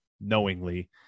knowingly